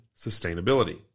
sustainability